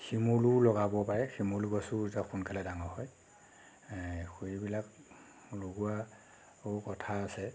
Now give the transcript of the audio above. শিমলু লগাব পাৰে শিমলু গছো সোনকালে ভাল হয় পুলিবিলাক লগোৱা বহু কথা আছে